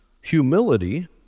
humility